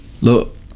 look